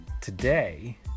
today